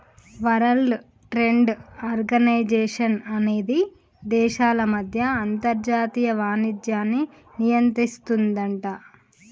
world trade organization అనేది దేశాల మధ్య అంతర్జాతీయ వాణిజ్యాన్ని నియంత్రిస్తుందట